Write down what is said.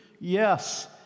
Yes